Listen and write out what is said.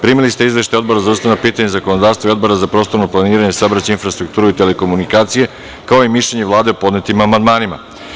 Primili ste izveštaje Odbora za ustavna pitanja i zakonodavstvo i Odbora za prostorno planiranje, saobraćaj i infrastrukturu i telekomunikacije, kao i mišljenje Vlade o podnetim amandmanima.